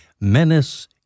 Menace